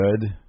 good